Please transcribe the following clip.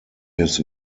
his